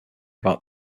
about